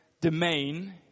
domain